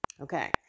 Okay